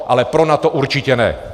Ale pro NATO určitě ne.